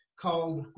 called